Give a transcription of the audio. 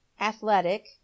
athletic